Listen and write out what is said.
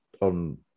on